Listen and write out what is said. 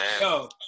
Yo